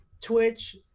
Twitch